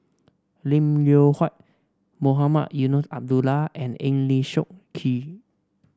Lim Loh Huat Mohamed Eunos Abdullah and Eng Lee Seok Chee